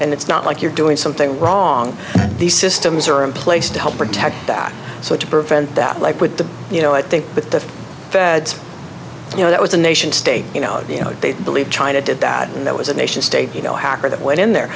and it's not like you're doing something wrong these systems are in place to help protect that so to prevent that like with the you know i think the feds you know that was a nation state you know they believe china did that and that was a nation state you know hacker that went in there